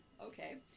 Okay